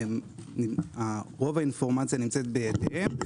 רוב האינפורמציה נמצאת בידיכם,